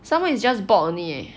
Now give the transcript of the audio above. some more is just bought only eh